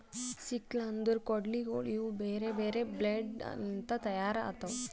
sickle ಅಂದುರ್ ಕೊಡ್ಲಿಗೋಳ್ ಇವು ಬೇರೆ ಬೇರೆ ಬ್ಲೇಡ್ ಲಿಂತ್ ತೈಯಾರ್ ಆತವ್